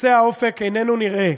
קצה האופק איננו נראה,